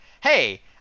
hey